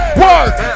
work